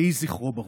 יהי זכרו ברוך.